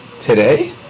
today